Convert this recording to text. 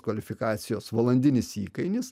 kvalifikacijos valandinis įkainis